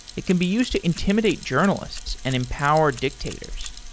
it can be used to intimidate journalists and empower dictators.